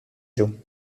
joe